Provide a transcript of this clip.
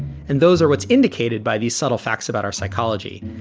and those are what's indicated by these subtle facts about our psychology.